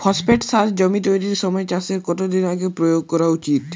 Phosphate সার জমি তৈরির সময় চাষের কত দিন আগে প্রয়োগ করা উচিৎ?